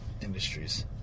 industries